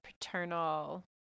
paternal